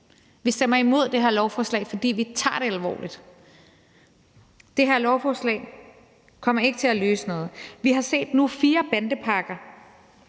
Vi stemmer imod det her lovforslag, fordi vi tager det alvorligt. Det her lovforslag kommer ikke til at løse noget. Vi har set nu fire bandepakker,